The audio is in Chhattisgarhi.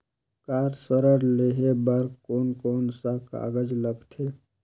कार ऋण लेहे बार कोन कोन सा कागज़ लगथे?